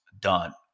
done